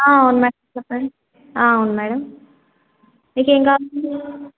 అవును మేడం చెప్పండి అవును మేడం మీకేమి కావాలండి